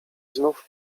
znów